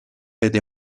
vede